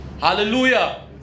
Hallelujah